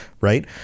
right